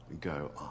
go